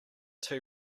two